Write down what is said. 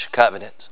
covenant